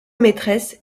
maîtresse